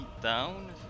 down